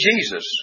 Jesus